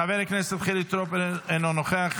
חבר הכנסת חילי טרופר, אינו נוכח.